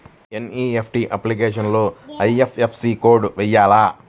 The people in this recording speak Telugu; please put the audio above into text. ఎన్.ఈ.ఎఫ్.టీ అప్లికేషన్లో ఐ.ఎఫ్.ఎస్.సి కోడ్ వేయాలా?